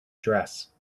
dress